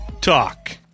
talk